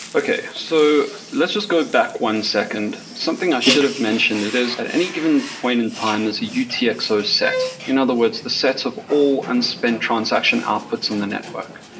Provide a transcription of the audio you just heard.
okay. so let's just go back one second. something i should've mentioned is at any given point in time is utxo set. in other words, the set of all unspent transaction outputs in the network.